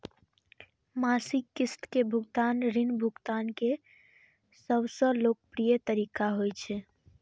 मासिक किस्त के भुगतान ऋण भुगतान के सबसं लोकप्रिय तरीका होइ छै